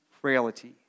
frailty